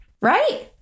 Right